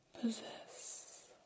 possess